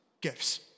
Gifts